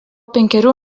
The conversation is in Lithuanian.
penkerių